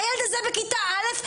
הילד הזה בכיתה א',